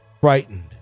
frightened